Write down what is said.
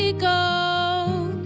ah go